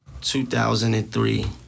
2003